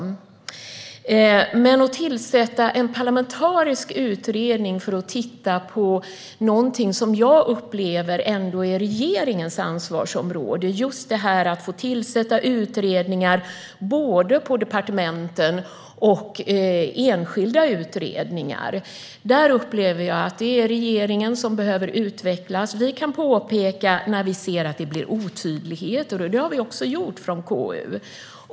När det gäller att tillsätta en parlamentarisk utredning för att titta på någonting som jag upplever är regeringens ansvarsområde - att få tillsätta utredningar, på departementen och enskilda utredningar - är det dock regeringen som behöver utvecklas. Vi kan påpeka när vi ser otydlighet. Det har KU också gjort.